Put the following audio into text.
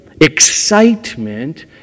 excitement